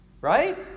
Right